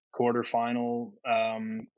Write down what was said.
quarterfinal